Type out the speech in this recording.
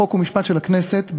חוק ומשפט של הכנסת,